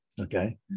Okay